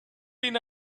been